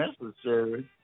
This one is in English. necessary